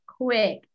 quick